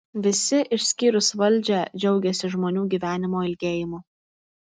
visi išskyrus valdžią džiaugiasi žmonių gyvenimo ilgėjimu